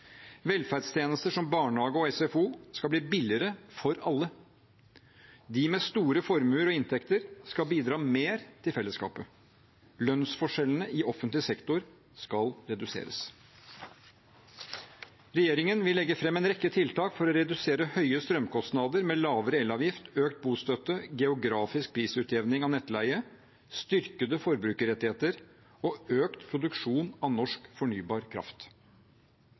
Velferdstjenester som barnehage og SFO skal bli billigere for alle. De med store formuer og inntekter skal bidra mer til fellesskapet. Lønnsforskjellene i offentlig sektor skal reduseres. Regjeringen vil legge fram en rekke tiltak for å redusere høye strømkostnader, med lavere elavgift, økt bostøtte, geografisk prisutjevning av nettleie, styrkede forbrukerrettigheter og økt produksjon av norsk fornybar kraft.